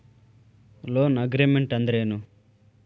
Loan agreement ಅಂದ್ರೇನು?